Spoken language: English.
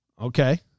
Okay